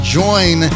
join